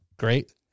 great